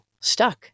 stuck